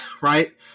right